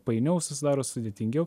painiau susidaro sudėtingiau